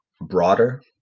broader